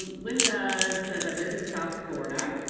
um linda says, i live in south florida.